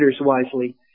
wisely